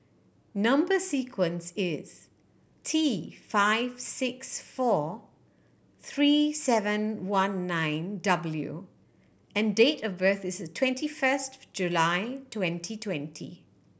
number sequence is T five six four three seven one nine W and date of birth is twenty first July twenty twenty